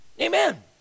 amen